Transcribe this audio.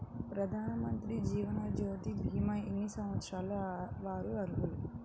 ప్రధానమంత్రి జీవనజ్యోతి భీమా ఎన్ని సంవత్సరాల వారు అర్హులు?